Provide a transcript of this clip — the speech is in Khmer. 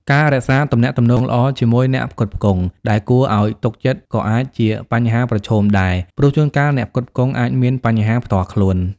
ការរក្សាទំនាក់ទំនងល្អជាមួយអ្នកផ្គត់ផ្គង់ ដែលគួរឱ្យទុកចិត្តក៏អាចជាបញ្ហាប្រឈមដែរ ព្រោះជួនកាលអ្នកផ្គត់ផ្គង់អាចមានបញ្ហាផ្ទាល់ខ្លួន។